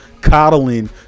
coddling